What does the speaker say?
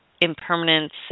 impermanence